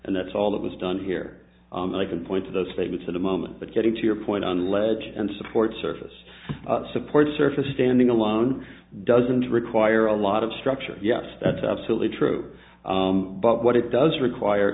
and that's all that was done here and i can point to those statements of the moment but getting to your point on the ledge and support surface support surface standing alone doesn't require a lot of structure yes that's absolutely true but what it does require